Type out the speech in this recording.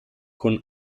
con